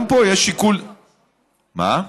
מה?